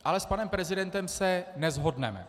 Ale s panem prezidentem se neshodneme.